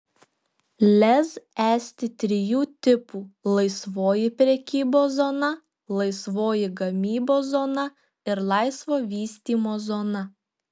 lez esti trijų tipų laisvoji prekybos zona laisvoji gamybos zona ir laisvo vystymo zona